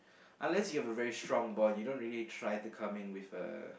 unless you have a really strong bond you don't really try to come in with a